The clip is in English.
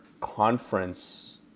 conference